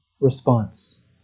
response